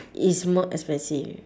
it's more expensive